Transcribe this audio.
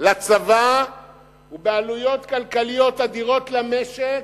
לצבא ובעלויות כלכליות אדירות למשק,